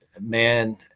man